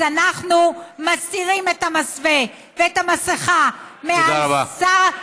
אז אנחנו מסירים את המסווה ואת המסכה, תודה רבה.